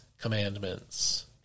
commandments